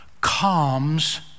calms